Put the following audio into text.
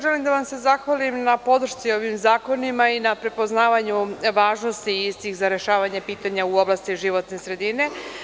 Želim da vam se zahvalim na podršci ovim zakonima i na prepoznavanju važnosti istih za rešavanje pitanja u oblasti životne sredine.